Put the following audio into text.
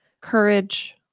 courage